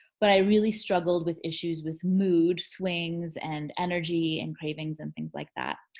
but i really struggled with issues with mood swings and energy and cravings and things like that.